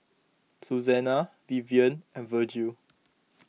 Suzanna Vivian and Vergil